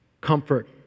comfort